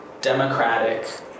democratic